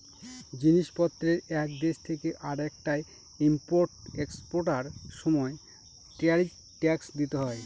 জিনিস পত্রের এক দেশ থেকে আরেকটায় ইম্পোর্ট এক্সপোর্টার সময় ট্যারিফ ট্যাক্স দিতে হয়